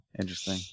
interesting